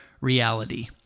reality